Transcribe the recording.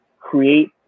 create